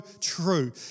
true